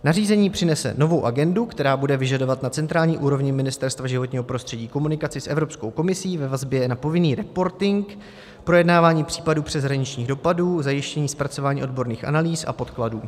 Nařízení přinese novou agendu, která bude vyžadovat na centrální úrovni Ministerstva životního prostředí komunikaci s Evropskou komisí ve vazbě na povinný reporting, projednávání případů přeshraničních dopadů, zajištění zpracování odborných analýz a podkladů.